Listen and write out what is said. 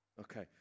okay